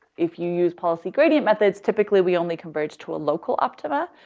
if you use policy gradient methods, typically we only converge to a local optima.